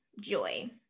joy